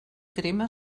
crema